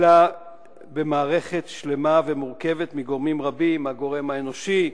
אלא מערכת שלמה ומורכבת מגורמים רבים: הגורם האנושי,